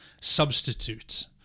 substitute